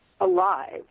alive